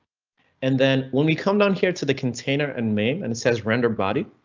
and then when we come down here to the container and name and it says render body.